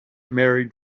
married